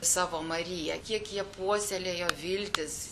savo mariją kiek jie puoselėjo viltis